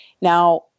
Now